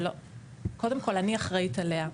קודם כל, אני אחראית עליה,